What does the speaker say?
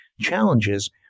challenges